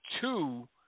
two